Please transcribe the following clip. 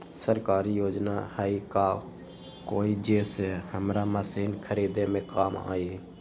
सरकारी योजना हई का कोइ जे से हमरा मशीन खरीदे में काम आई?